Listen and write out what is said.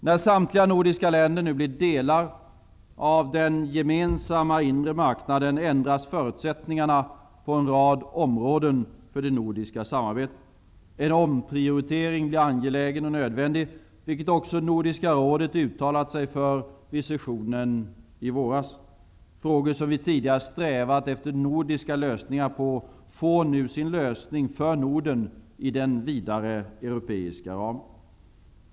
När samtliga nordiska länder nu blir delar av den gemensamma inre marknaden ändras förutsättningarna på en rad områden inom det nordiska samarbetet. En omprioritering blir angelägen och nödvändig, vilket också Nordiska rådet har uttalat sig för vid sessionen i våras. Frågor som vi tidigare strävat efter nordiska lösningar på får nu sin lösning för Norden i den vidare europeiska ramen.